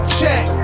check